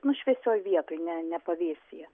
nu šviesioj vietoj ne ne pavėsyje